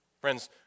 Friends